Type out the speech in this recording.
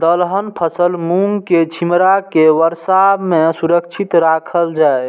दलहन फसल मूँग के छिमरा के वर्षा में सुरक्षित राखल जाय?